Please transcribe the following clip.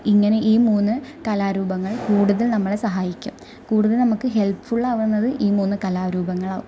ഇങ്ങനെ ഈ മൂന്ന് കലാരൂപങ്ങള് കൂടുതല് നമ്മളെ സഹായിക്കും കൂടുതല് നമുക്ക് ഹെല്പ്ഫുള് ആകുന്നത് ഈ മൂന്ന് കലാരൂപങ്ങളാവും